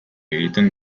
egiten